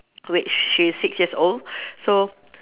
which she's six years old so